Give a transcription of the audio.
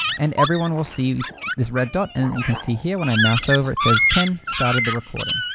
and everyone will see this red dot. and you can see here, when i mouse over, it says ken started the recording.